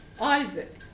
Isaac